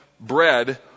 bread